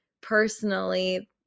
personally